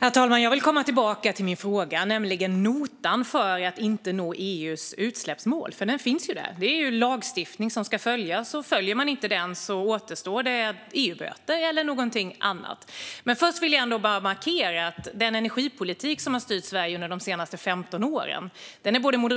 Herr talman! Jag vill komma tillbaka till min fråga om notan om man inte når EU:s utsläppsmål. Den finns ju där. Det är lagstiftning som ska följas, och följer man inte den återstår det att betala EU-böter eller något annat. Men först vill jag markera att både Moderaterna och Centerpartiet är skyldiga till den energipolitik som styrt Sverige de senaste 15 åren. Det var en